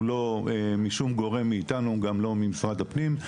הוא לא מקרבנו, וגם לא ממשרד הפנים.